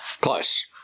Close